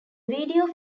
video